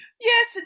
Yes